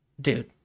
dude